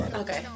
Okay